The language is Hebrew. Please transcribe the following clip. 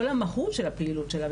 כל המהות של הפעילות שלה,